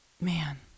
man